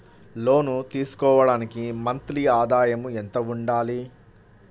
లోను తీసుకోవడానికి మంత్లీ ఆదాయము ఎంత ఉండాలి?